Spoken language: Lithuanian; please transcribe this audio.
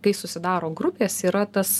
kai susidaro grupės yra tas